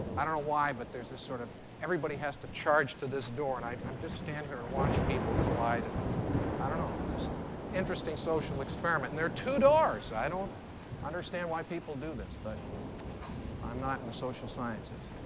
i don't know why but there's this sort of everybody has to charge to this door. and i um just stand here and watch people collide. and i don't know. just interesting social experiment. and there are two doors. i don't understand why people do this, but i'm not in the social sciences.